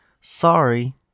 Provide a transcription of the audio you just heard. Sorry